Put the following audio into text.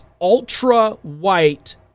ultra-white